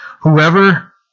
whoever